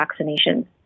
vaccinations